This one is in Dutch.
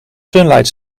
sunlight